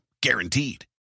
guaranteed